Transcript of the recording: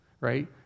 right